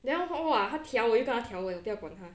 then hor !wah! 他调我又跟他调回我不要管他